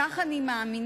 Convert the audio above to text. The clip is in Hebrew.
כך אני מאמינה,